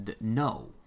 No